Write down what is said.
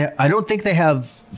i don't think they have.